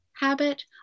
habit